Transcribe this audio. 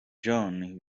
john